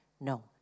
No